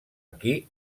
aquí